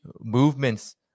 movements